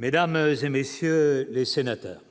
mesdames et messieurs les sénateurs.